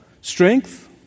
strength